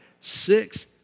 six